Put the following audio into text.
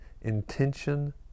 intention